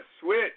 switch